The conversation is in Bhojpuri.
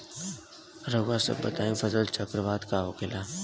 रउआ सभ बताई फसल चक्रवात का होखेला?